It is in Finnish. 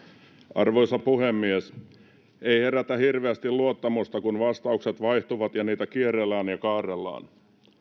arvoisa puhemies ei herätä hirveästi luottamusta kun vastaukset vaihtuvat ja niitä kierrellään ja kaarrellaan